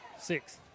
Six